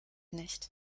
nicht